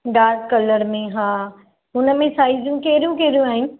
dark colour में हा हुनमें साइज़ियूं कहिड़ियूं कहिड़ियूं आहिनि